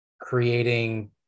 creating